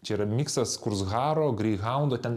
čia yra miksas kurzharo greihaundo ten